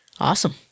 Awesome